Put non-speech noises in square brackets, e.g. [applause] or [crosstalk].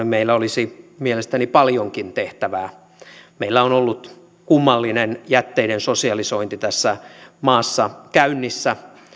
[unintelligible] meillä olisi mielestäni paljonkin tehtävää meillä on ollut kummallinen jätteiden sosialisointi tässä maassa käynnissä